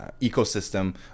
ecosystem